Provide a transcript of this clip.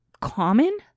common